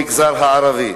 במגזר הערבי.